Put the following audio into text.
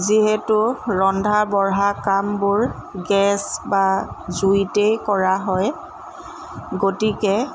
যিহেতু ৰন্ধা বঢ়া কামবোৰ গেছ বা জুইতেই কৰা হয় গতিকে